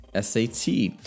SAT